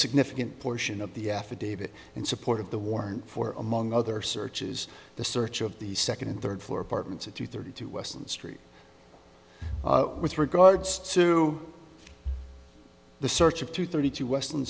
significant portion of the affidavit in support of the warrant for among other searches the search of the second and third floor apartments at two thirty two west street with regards to the search of two thirty two west